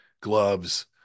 gloves